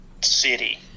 city